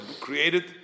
created